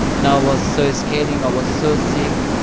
and i was so scared, and i was so sick,